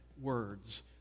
words